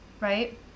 right